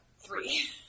three